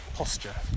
posture